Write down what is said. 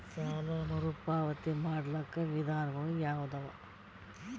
ಸಾಲ ಮರುಪಾವತಿ ಮಾಡ್ಲಿಕ್ಕ ವಿಧಾನಗಳು ಯಾವದವಾ?